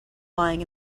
lying